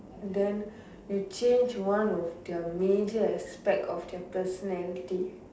then you change one of their major aspect of their personality